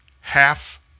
half